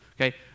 Okay